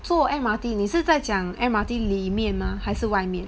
坐 M_R_T 你是在讲 M_R_T 里面吗还是外面